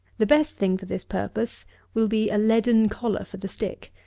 the best thing for this purpose will be a leaden collar for the stick,